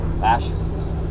fascists